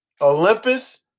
Olympus